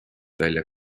välja